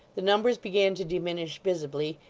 the numbers began to diminish visibly,